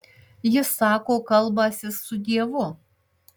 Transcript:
jis sako kalbąsis su dievu